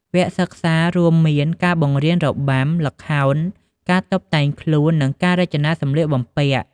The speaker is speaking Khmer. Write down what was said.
វគ្គសិក្សារួមមានការបង្រៀនរបាំ ល្ខោន ការតុបតែងខ្លួន និងការរចនាសម្លៀកបំពាក់។